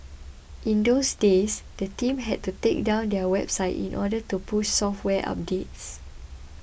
in those days the team had to take down their website in order to push software updates